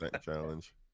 challenge